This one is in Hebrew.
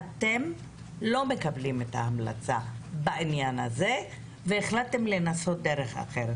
אתם לא מקבלים את ההמלצה בעניין הזה והחלטתם לנסות דרך אחרת.